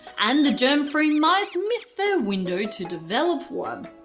and the germ-free mice missed their window to develop one.